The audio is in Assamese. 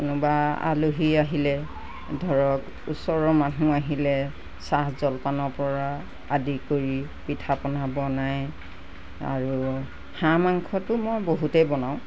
কোনোবা আলহী আহিলে ধৰক ওচৰৰ মানুহ আহিলে চাহ জলপানৰ পৰা আদি কৰি পিঠা পনা বনাই আৰু হাঁহ মাংসটো মই বহুতেই বনাওঁ